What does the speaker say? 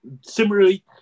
Similarly